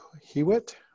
Hewitt